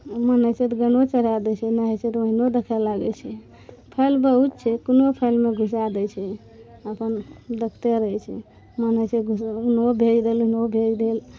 मोन होइ छै तऽ गानो चढ़ा दै छै नहि होइ छै तऽ ओहिनो देखै लागै छै फाइल बहुत छै कोनो फाइलमे घुसा दै छै अपन देखते रहै छै मन होइ छै ऐनौ भेज देलहो उनौ भेज देल